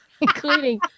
Including